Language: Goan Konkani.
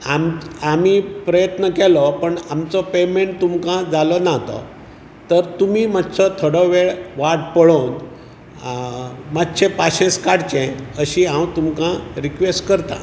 आम आमी प्रयत्न केलो पण आमचो पेमेंट तुमकां जालो ना तो तर तुमी मातसो थोडो वेळ वाट पळोवन मातशें पाशेंस काडचें अशी हांव तुमका रिकवेस्ट करतां